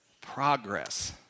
Progress